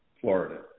Florida